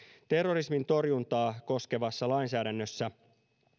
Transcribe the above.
terrorismin torjuntaa koskevassa lainsäädännössä